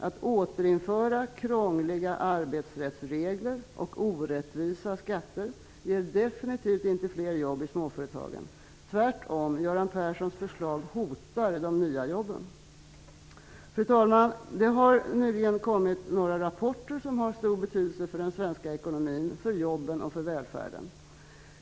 Att återinföra krångliga arbetsrättsregler och orättvisa skatter ger definitivt inte fler jobb i småföretagen. Tvärtom hotar Göran Perssons förslag de nya jobben. Fru talman! Det har nyligen kommit några rapporter som har stor betydelse för den svenska ekonomin, för jobben och för välfärden.